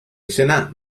izena